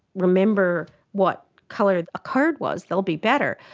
remember what colour the ah card was, they'll be better.